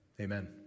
amen